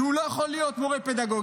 כי הוא לא יכול להיות מורה פדגוגי,